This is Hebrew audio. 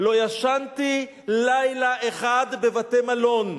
לא ישנתי לילה אחד בבית-מלון.